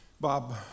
Bob